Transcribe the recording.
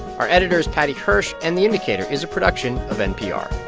our editor is paddy hirsch, and the indicator is a production of npr